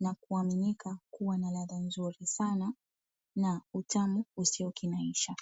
na kuaminika kuwa na ladha nzuri sana na utamu usiokinaisha.